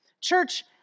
Church